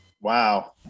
Wow